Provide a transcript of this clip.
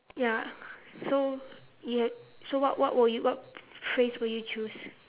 ya so you so what what would you what phrase would you choose